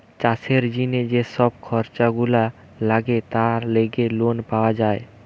চাষের জিনে যে সব খরচ গুলা লাগে তার লেগে লোন পাওয়া যায়